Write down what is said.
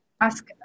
ask